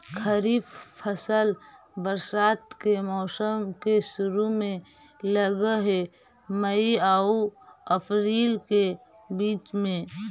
खरीफ फसल बरसात के मौसम के शुरु में लग हे, मई आऊ अपरील के बीच में